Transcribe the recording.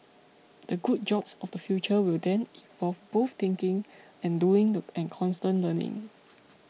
the good jobs of the future will then involve both thinking and doing and constant learning